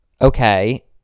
Okay